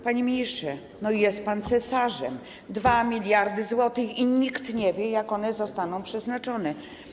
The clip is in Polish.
Panie ministrze, no, jest pan cesarzem: 2 mld zł i nikt nie wie, na co one zostaną przeznaczone.